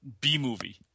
B-movie